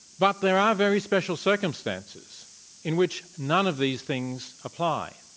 but there are very special circumstances in which none of these things apply,